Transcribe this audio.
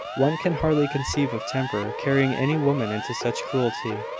one can hardly conceive of temper carrying any woman into such cruelty!